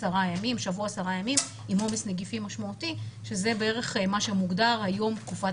שבוע-10 ימים עם עומס נגיפי משמעותי שזה בערך מה שמוגדר היום תקופת